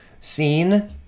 scene